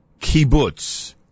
Kibbutz